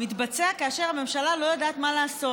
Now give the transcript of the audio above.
מתבצעת כאשר הממשלה לא יודעת מה לעשות: